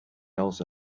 else